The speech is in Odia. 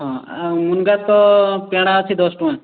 ହଁ ଆର୍ ମୁନ୍ଗା ତ ପେଡ଼ା ଅଛେ ଦଶ ଟଙ୍କା